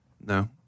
no